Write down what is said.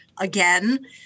Again